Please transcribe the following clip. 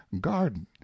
garden